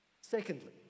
Secondly